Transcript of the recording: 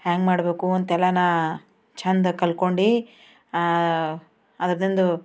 ಹ್ಯಾಂಗೆ ಮಾಡಬೇಕು ಅಂತೆಲ್ಲ ನಾ ಚಂದ ಕಲ್ತ್ಕೊಂಡು ಅದ್ರದಿಂದ